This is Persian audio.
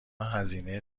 هزینه